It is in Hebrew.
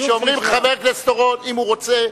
כשאומרים חבר הכנסת אורון, אם הוא רוצה,